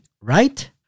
right